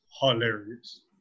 hilarious